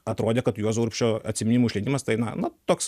atrodė kad juozo urbšio atsiminimų išleidimas tai na na toks